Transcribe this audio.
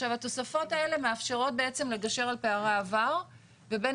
התוספות האלה מאפשרות בעצם לגשר על פערי עבר ובין